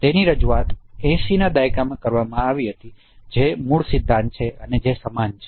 તેની રજૂઆત 80 ના દાયકામાં કરવામાં આવી હતી જે મૂળ સિદ્ધાંત છે અને જે સમાન છે